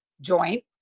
joint